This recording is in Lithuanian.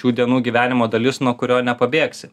šių dienų gyvenimo dalis nuo kurio nepabėgsi